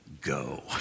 go